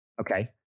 Okay